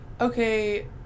okay